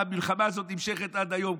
המלחמה הזאת נמשכת עד היום,